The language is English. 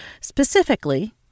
specifically